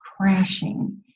crashing